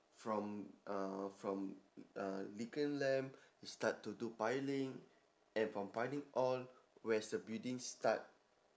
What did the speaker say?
from uh from uh weaken land you start to do piling and from piling all where's the building start